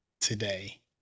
today